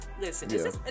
Listen